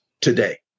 today